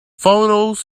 photos